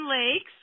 Lakes